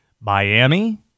Miami